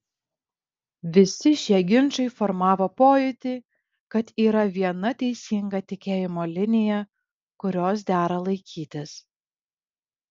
visi šie ginčai formavo pojūtį kad yra viena teisinga tikėjimo linija kurios dera laikytis